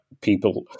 people